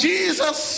Jesus